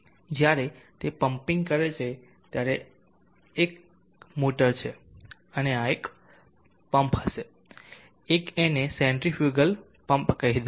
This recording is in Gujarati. જ્યારે તે પમ્પિંગ કરે છે ત્યારે આ એક મોટર છે અને આ એક પમ્પ હશે એક એને સેન્ટ્રીફ્યુગલ પંપ કહી દો